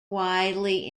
widely